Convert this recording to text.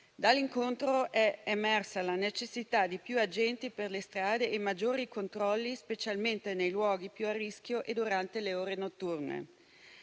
Dall'incontro è emersa la necessità di più agenti per le strade e maggiori controlli, specialmente nei luoghi più a rischio e durante le ore notturne.